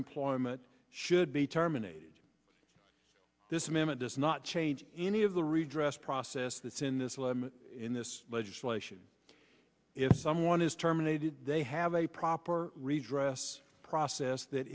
employment should be terminated this minute does not change any of the redress process that's in this letter in this legislation if someone is terminated they have a proper redress process that